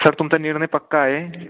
sir तुमचा निर्णय पक्का आहे